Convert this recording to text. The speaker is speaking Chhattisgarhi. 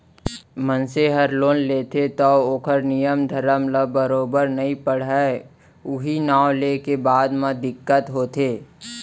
मनसे हर लोन लेथे तौ ओकर नियम धरम ल बरोबर नइ पढ़य उहीं नांव लेके बाद म दिक्कत होथे